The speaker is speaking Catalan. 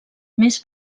més